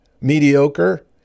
mediocre